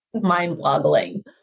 mind-boggling